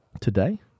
Today